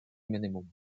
minimum